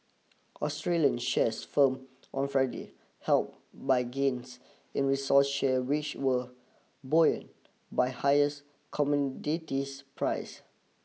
Australian shares firm on Friday help by gains in resource share which were buoyed by highest commodities prices